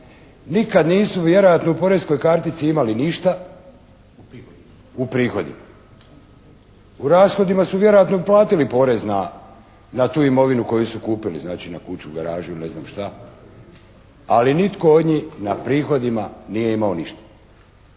Nikad nisu vjerojatno u poreskoj kartici imali ništa u prihodima. U rashodima su vjerojatno platili porez na tu imovinu koju su kupili, znači na kuću, garažu ili ne znam šta, ali nitko od njih na prihodima nije imao ništa.